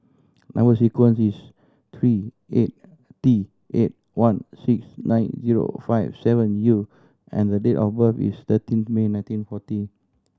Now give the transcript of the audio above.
number sequence is three eight T eight one six nine zero five seven U and date of birth is thirteen May nineteen forty